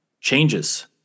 changes